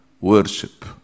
worship